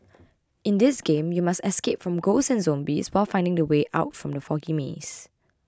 in this game you must escape from ghosts and zombies while finding the way out from the foggy maze